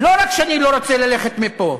לא רק שאני לא רוצה ללכת מפה,